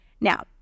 Now